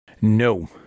No